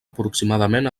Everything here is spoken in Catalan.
aproximadament